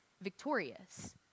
victorious